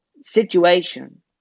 situation